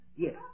Yes